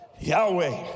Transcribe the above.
Yahweh